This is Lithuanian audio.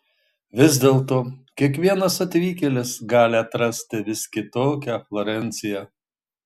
vis dėlto kiekvienas atvykėlis gali atrasti vis kitokią florenciją